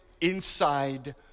inside